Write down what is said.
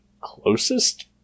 closest